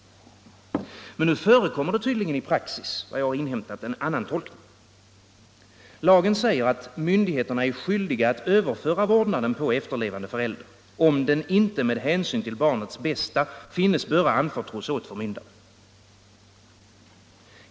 Men nu förekommer det tydligen i praxis en annan tolkning, enligt vad jag har inhämtat. Lagen säger, att myndigheterna är skyldiga att överföra vårdnaden på efterlevande förälder, om den inte med hänsyn till barnets bästa finnes böra anförtros åt förmyndare.